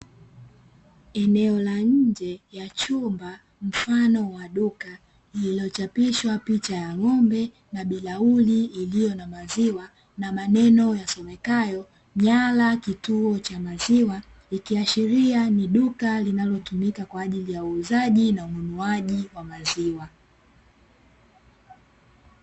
Eneo la nje ya chumba mfano wa duka lililochapishwa picha ya ng'ombe na bilauli iliyo na maziwa, na maneno yasomekayo ''Nyala kituo cha maziwa'', ikiashiria ni duka linalotumika kwa ajili ya uuzaji na ununuaji wa maziwa.